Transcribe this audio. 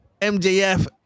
MJF